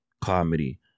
comedy